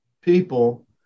people